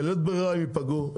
בלית ברירה הם ייפגעו,